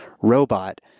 robot